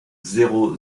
zéro